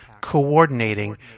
coordinating